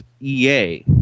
EA